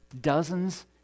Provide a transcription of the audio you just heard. dozens